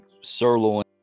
sirloin